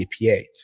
CPA